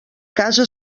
casa